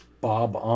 Bob